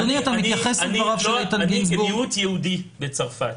אני, שהייתי מיעוט יהודי בצרפת,